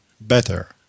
better